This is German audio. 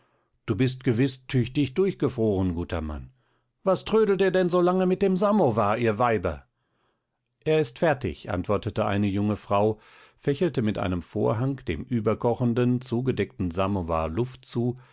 du bist gewiß tüchtig durchgefroren guter mann was trödelt ihr denn so lange mit dem samowar ihr weiber er ist fertig antwortete eine junge frau fächelte mit einem vorhang dem überkochenden zugedeckten samowar luft zu